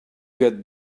get